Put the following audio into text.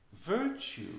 virtue